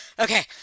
Okay